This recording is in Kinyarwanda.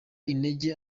intege